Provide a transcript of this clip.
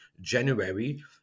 January